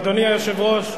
אדוני היושב-ראש,